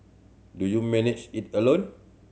do you manage it alone